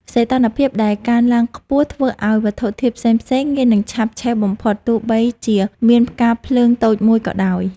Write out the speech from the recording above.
សីតុណ្ហភាពដែលកើនឡើងខ្ពស់ធ្វើឱ្យវត្ថុធាតុផ្សេងៗងាយនឹងឆាប់ឆេះបំផុតទោះបីជាមានផ្កាភ្លើងតូចមួយក៏ដោយ។